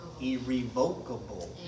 Irrevocable